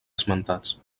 esmentats